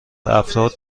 افراد